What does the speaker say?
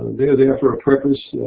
they're there for a purpose.